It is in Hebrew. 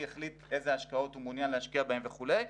החליט איזה השקעות הוא מעוניין להשקיע בהם וכו'.